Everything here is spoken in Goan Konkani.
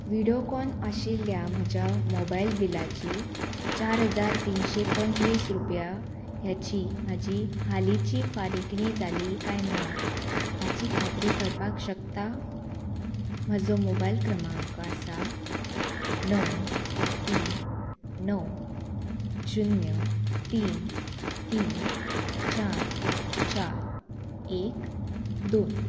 विड्योकॉन आशिल्ल्या म्हज्या मोबायल बिलाची चार हजार तिनशे पंचवीस रुपया ह्याची म्हजी हालींची फारीकणी जाली काय ना हाची खात्री करपाक शकता म्हजो मोबायल क्रमांक आसा णव तीन णव शुन्य तीन तीन चार चार एक दोन